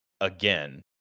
again